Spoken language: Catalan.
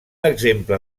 exemple